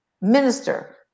minister